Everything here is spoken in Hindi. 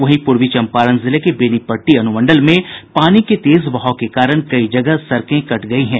वहीं पूर्वी चम्पारण जिले के बेनीपट्टी अनुमंडल में पानी के तेज बहाव के कारण कई जगह सड़कें कट गयी हैं